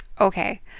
okay